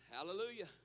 Hallelujah